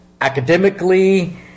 academically